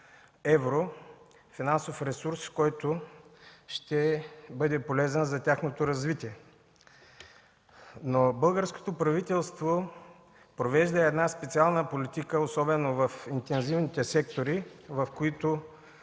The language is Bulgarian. евро финансов ресурс, който ще бъде полезен за тяхното развитие. Но българското правителство провежда една специална политика, особено в интензивните сектори, за